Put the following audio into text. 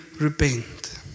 repent